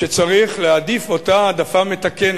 שצריך להעדיף אותה העדפה מתקנת,